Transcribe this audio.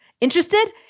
Interested